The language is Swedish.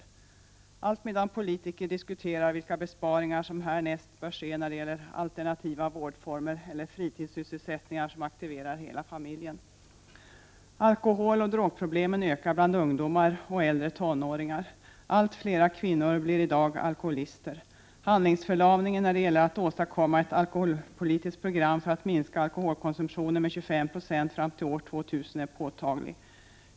Allt detta sker, medan politiker diskuterar vilka besparingar som härnäst bör göras när det gäller alternativa vårdformer eller fritidssysselsättningar som aktiverar hela familjen. Alkoholoch drogproblemen ökar bland ungdomar och äldre tonåringar. Allt flera kvinnor blir i dag alkoholister. Handlingsförlamningen när det gäller att åstadkomma ett alkoholpolitiskt program för att minska alkoholkonsumtionen med 25 96 fram till år 2000 är påtaglig.